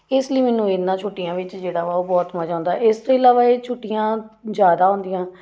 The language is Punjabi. ਇਸ ਲਈ ਮੈਨੂੰ ਇਨ੍ਹਾਂ ਛੁੱਟੀਆਂ ਵਿੱਚ ਜਿਹੜਾ ਵਾ ਉਹ ਬਹੁਤ ਮਜ਼ਾ ਆਉਂਦਾ ਇਸ ਤੋਂ ਇਲਾਵਾ ਇਹ ਛੁੱਟੀਆਂ ਜ਼ਿਆਦਾ ਹੁੰਦੀਆਂ